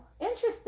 interesting